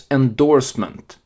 endorsement